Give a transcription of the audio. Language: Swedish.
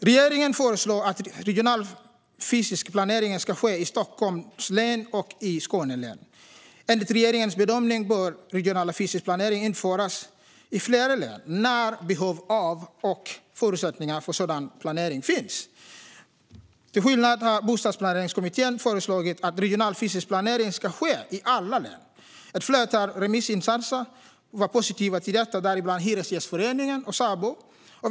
Regeringen föreslår att regional fysisk planering ska ske i Stockholms län och i Skåne län. Enligt regeringens bedömning bör regional fysisk planering införas i fler län när behov av och förutsättningar för sådan planering finns. Bostadsplaneringskommittén har dock föreslagit att regional fysisk planering ska ske i alla län. Ett flertal remissinstanser var positiva till detta, däribland Hyresgästföreningen och Sabo.